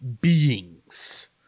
beings